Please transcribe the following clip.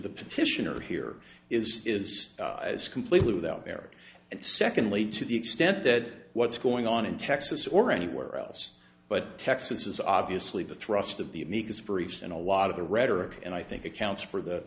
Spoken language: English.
the petitioner here is is completely without merit and secondly to the extent that what's going on in texas or anywhere else but texas is obviously the thrust of the amicus briefs in a lot of the rhetoric and i think accounts for the